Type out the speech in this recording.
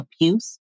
abuse